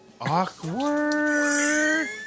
Awkward